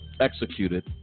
Executed